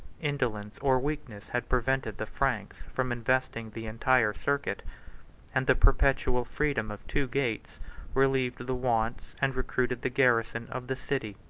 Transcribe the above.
indolence or weakness had prevented the franks from investing the entire circuit and the perpetual freedom of two gates relieved the wants and recruited the garrison of the city.